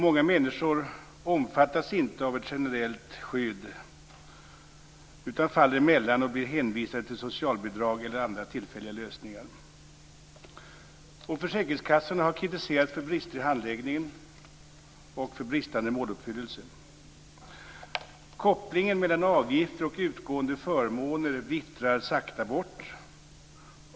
Många människor omfattas inte av ett generellt skydd utan faller mellan stolarna och blir hänvisade till socialbidrag eller andra tillfälliga lösningar. Försäkringskassorna har kritiserats för brister i handläggningen och för bristande måluppfyllelse. Kopplingen mellan avgifter och utgående förmåner vittrar sakta bort.